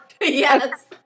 yes